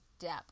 depth